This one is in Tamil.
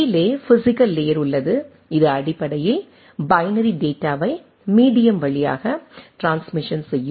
கீழே பிஸிக்கல் லேயர் உள்ளது இது அடிப்படையில் பைனரி டேட்டாவை மீடியம் வழியாக டிரான்ஸ்மிஷன் செய்யும்